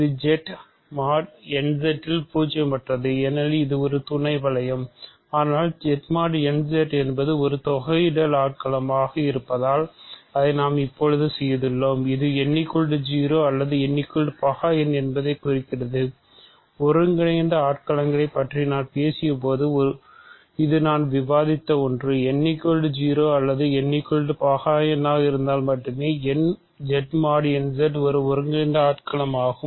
இது Z mod n Z இல் பூஜ்ஜியமற்றது ஏனெனில் இது ஒரு துணை வளையம் ஆனால் Z mod n Z என்பது ஒரு தோகையிடல் ஆட்களாமாக இருந்தால் அதை நாம் இப்போது செய்துள்ளோம் இது n 0 அல்லது n பகா எண் என்பதைக் குறிக்கிறது ஒருங்கிணைந்த ஆட்களங்களைப் பற்றி நான் பேசியபோது இது நான் விவாதித்த ஒன்று n 0 அல்லது n ஒரு பகா எண்ணாக இருந்தால் மட்டுமே Z mod n Z ஒரு ஒருங்கிணைந்த ஆட்களமாகும்